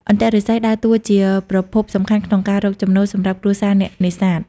អន្ទាក់ឫស្សីដើរតួជាប្រភពសំខាន់ក្នុងការរកចំណូលសម្រាប់គ្រួសារអ្នកនេសាទ។